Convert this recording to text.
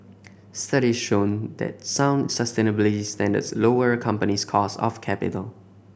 study show that sound sustainability standards lower a company's cost of capital